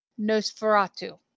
Nosferatu